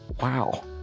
wow